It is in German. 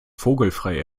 vogelfrei